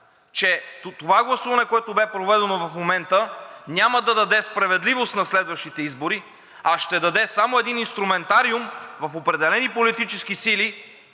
че това гласуване, което бе проведено в момента, няма да даде справедливост на следващите избори, а ще даде само един инструментариум определени политически сили